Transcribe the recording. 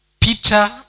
Peter